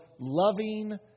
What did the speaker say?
loving